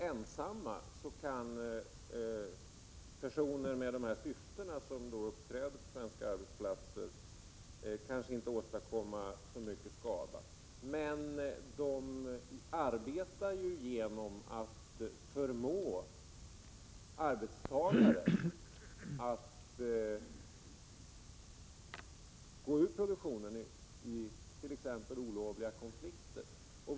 Ensamma personer som uppträder på svenska arbetsplatser med sådana här syften kanske inte kan åstadkomma så mycket skada, men de kan verka genom att förmå arbetstagare att gå ur produktionenit.ex. olovliga konflikter.